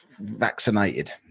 vaccinated